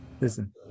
listen